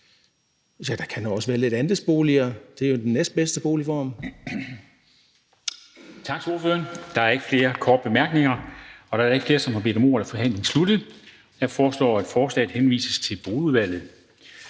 der kan også være lidt andelsboliger – det er jo den næstbedste boligform.